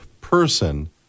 person